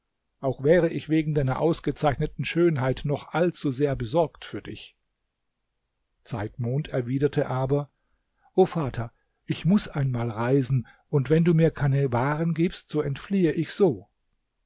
auch wäre ich wegen deiner ausgezeichneten schönheit schon allzu sehr besorgt für dich zeitmond erwiderte aber o vater ich muß einmal reisen und wenn du mir keine waren gibst so entfliehe ich so